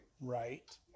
Right